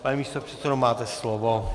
Pane místopředsedo, máte slovo.